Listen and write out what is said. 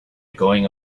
going